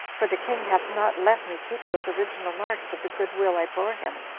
for the king hath not let me keep those original marks of the good-will i bore him,